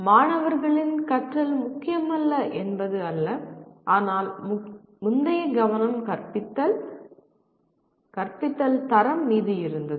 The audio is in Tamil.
மாணவர்களின் கற்றல் முக்கியமல்ல என்பது அல்ல ஆனால் முந்தைய கவனம் கற்பித்தல் கற்பித்தல் தரம் மீது இருந்தது